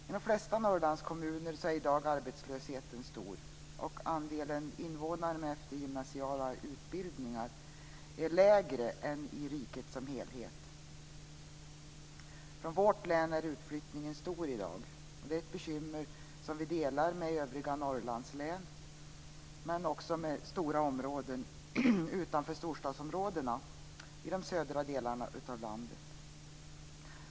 I de flesta Norrlandskommuner är i dag arbetslösheten stor, och andelen invånare med eftergymnasial utbildning är lägre än i riket som helhet. Från vårt län är utflyttningen stor i dag. Det är ett bekymmer som vi delar med övriga Norrlandslän, men också med stora områden utanför storstadsområdena i de södra delarna av landet.